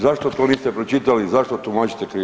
Zašto to niste pročitali i zašto tumačite